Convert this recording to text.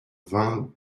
vingt